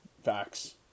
Facts